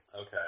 Okay